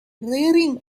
rearing